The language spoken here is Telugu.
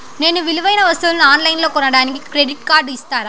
నేను విలువైన వస్తువులను ఆన్ లైన్లో కొనడానికి క్రెడిట్ కార్డు ఇస్తారా?